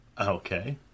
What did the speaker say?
Okay